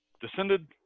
descended